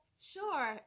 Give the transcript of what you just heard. Sure